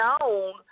known